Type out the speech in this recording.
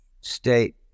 state